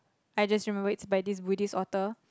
I just remembered it's by this Buddhist author